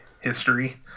history